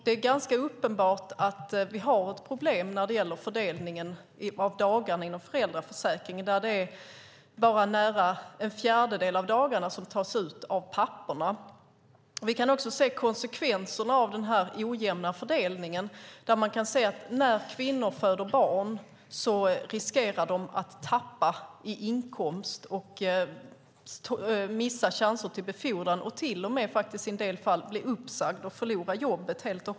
Det är uppenbart att vi har ett problem vad gäller fördelningen av dagarna inom föräldraförsäkringen. Det är knappt en fjärdedel av dagarna som tas ut av papporna. Vi kan också se konsekvenserna av den ojämna fördelningen. När kvinnor föder barn riskerar de att tappa i inkomst, missa chanser till befordran och till och med, i en del fall, bli uppsagda och förlora jobbet.